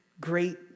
great